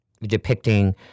depicting